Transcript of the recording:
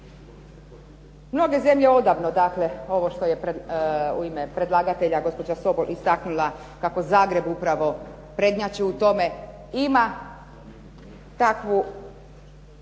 Mnoge zemlje odavno dakle ovo što je u ime predlagatelja gospođa Sobol istaknula kako Zagreb upravo prednjači u tome ima takvu